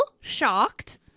shocked